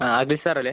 ആൽബി സാറല്ലേ